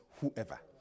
Whoever